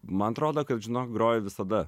man atrodo kad žinok groju visada